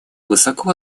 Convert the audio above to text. высоко